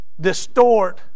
distort